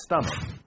stomach